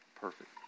Perfect